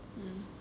mm